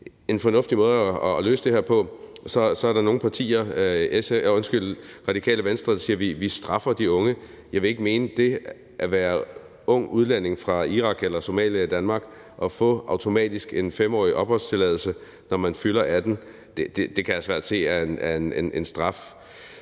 en fornuftig måde at løse det her på. Så siger Radikale Venstre, at vi straffer de unge. Jeg vil ikke mene, at det at være ung udlænding fra Irak eller Somalia i Danmark og automatisk få en 5-årig opholdstilladelse, når man fylder 18 år, er en straf